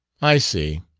i see.